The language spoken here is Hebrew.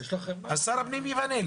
אז שר הפנים ימנה,